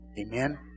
Amen